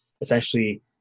essentially